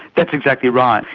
that's exactly right.